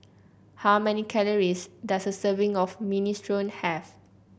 how many calories does a serving of Minestrone have